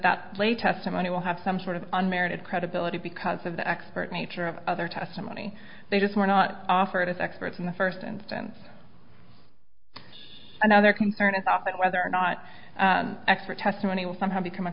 that lay testimony will have some sort of unmerited credibility because of the expert nature of other testimony they just were not offered as experts in the first instance another concern is often whether or not expert testimony will somehow become a